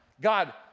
God